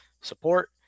support